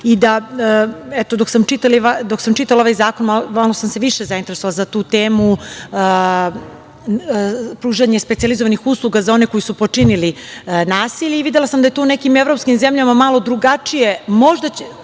i da dok sam čitala ovaj zakon malo sam se više zainteresovala za tu temu pružanje specijalizovanih usluga za one koji su počinili nasilje i videla sam da je to u nekim evropskim zemljama malo drugačije. Ovo je